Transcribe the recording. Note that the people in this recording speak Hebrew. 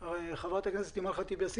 חברת הכנסת אימאן ח'טיב יאסין,